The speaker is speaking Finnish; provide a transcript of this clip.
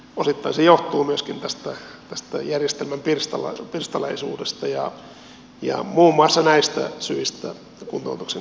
osittain se johtuu myöskin tästä järjestelmän pirstaleisuudesta ja muun muassa näistä syistä kuntoutuksen kokonaisuudistus on syytä tehdä